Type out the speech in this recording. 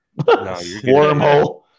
Wormhole